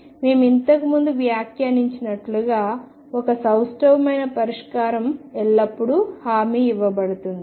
కాబట్టి మేము ఇంతకు ముందు వ్యాఖ్యానించినట్లుగా ఒక సౌష్టవమైన పరిష్కారం ఎల్లప్పుడూ హామీ ఇవ్వబడుతుంది